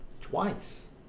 twice